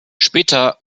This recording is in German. später